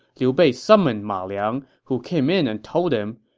liu bei summoned ma liang, who came in and told him,